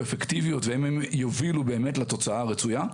אפקטיביות ואם הן יובילו באמת לתוצאה הרצויה.